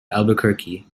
albuquerque